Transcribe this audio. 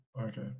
Okay